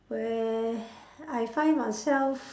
where I find myself